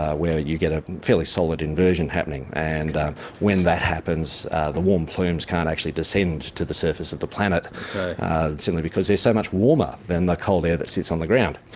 ah where you get a fairly solid inversion happening and when that happens the warm plumes can't actually descend to the surface of the planet simply because they're so much warmer than the cold air that sits on the ground.